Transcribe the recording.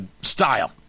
style